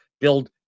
build